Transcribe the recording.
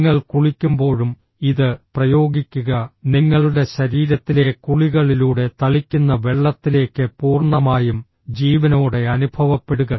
നിങ്ങൾ കുളിക്കുമ്പോഴും ഇത് പ്രയോഗിക്കുക നിങ്ങളുടെ ശരീരത്തിലെ കുളികളിലൂടെ തളിക്കുന്ന വെള്ളത്തിലേക്ക് പൂർണ്ണമായും ജീവനോടെ അനുഭവപ്പെടുക